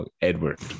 Edward